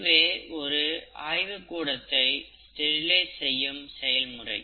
இதுவே ஒரு ஆய்வுக் கூடத்தை ஸ்டெரிலைஸ் செய்யும் செயல்முறை